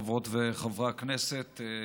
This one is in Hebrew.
חברות וחברי הכנסת,